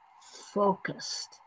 focused